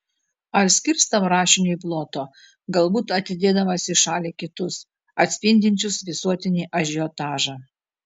ar skirs tam rašiniui ploto galbūt atidėdamas į šalį kitus atspindinčius visuotinį ažiotažą